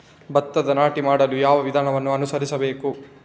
ಭತ್ತದ ನಾಟಿ ಮಾಡಲು ಯಾವ ವಿಧಾನವನ್ನು ಅನುಸರಿಸಬೇಕು?